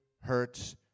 hurts